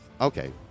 Okay